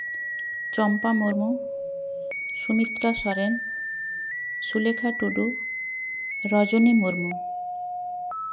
Champa Murmu Sumitra Soren Sulekha Tudu Rajani Murmu